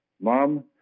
mom